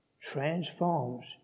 transforms